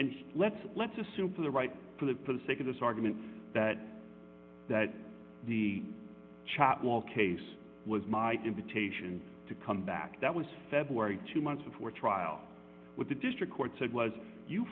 and let's let's assume for the right political sake of this argument that the chat while case was my invitation to come back that was february two months before trial with the district court said was you